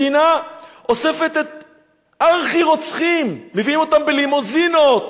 מדינה אוספת ארכי-רוצחים, מביאים אותם בלימוזינות